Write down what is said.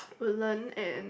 Woodland and